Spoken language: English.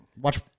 watch